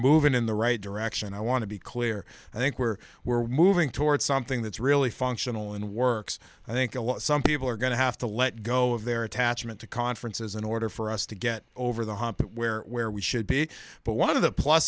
moving in the right direction i want to be clear i think we're we're moving toward something that's really functional and works i think a lot some people are going to have to let go of their attachment to conferences in order for us to get over the hump of where where we should be but one of the pl